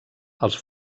els